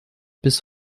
bis